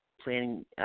planning